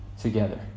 together